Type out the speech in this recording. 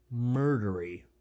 murdery